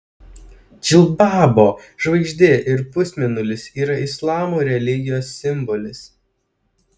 džilbabo žvaigždė ir pusmėnulis yra islamo religijos simbolis